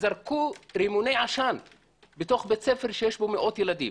וזרקו רימוני עשן בתוך בית ספר שיש בו מאות ילדים.